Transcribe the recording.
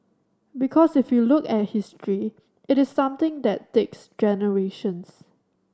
because if you look at history it is something that takes generations